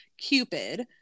Cupid